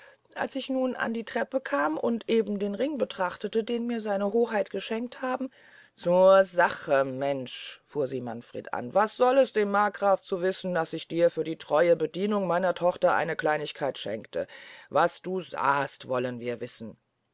als ich nun an die große treppe kam und eben den ring betrachtete den mir seine hoheit geschenkt haben zur sache mensch fuhr sie manfred an was soll es dem markgrafen zu wissen daß ich dir für die treue bedienung meiner tochter eine kleinigkeit schenkte was du sahst wollen wir wissen